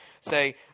say